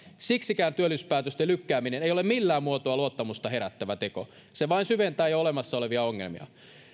siksikään työllisyyspäätösten lykkääminen ei ole millään muotoa luottamusta herättävä teko se vain syventää jo olemassa olevia ongelmia